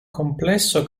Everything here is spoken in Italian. complesso